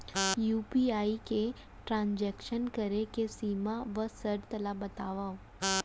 UPI ले transaction करे के सीमा व शर्त ला बतावव?